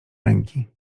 ręki